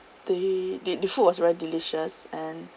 the the the food was very delicious and